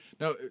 Now